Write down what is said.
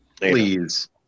Please